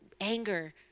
anger